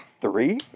Three